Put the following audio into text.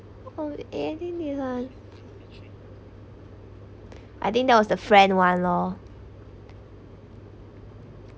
oh eh I think this one I think that was the friend [one] lor